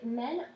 men